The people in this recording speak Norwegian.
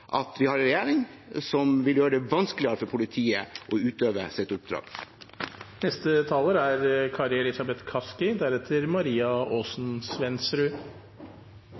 at vi har en regjering som vil gjøre det vanskeligere for politiet å utøve sitt